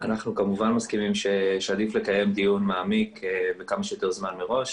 אנחנו כמובן מסכימים שעדיף לקיים דיון מעמיק וכמה שיותר זמן מראש.